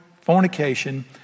fornication